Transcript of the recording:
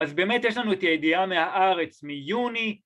אז באמת יש לנו את הידיעה מהארץ מיוני